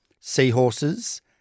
seahorses